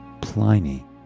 Pliny